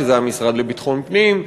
שזה המשרד לביטחון פנים,